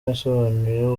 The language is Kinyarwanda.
yasobanuye